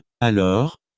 Alors